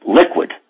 liquid